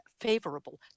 favorable